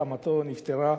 חמותו נפטרה,